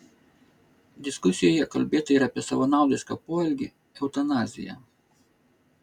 diskusijoje kalbėta ir apie savanaudišką poelgį eutanaziją